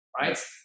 right